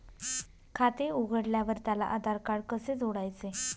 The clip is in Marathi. खाते उघडल्यावर त्याला आधारकार्ड कसे जोडायचे?